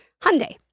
Hyundai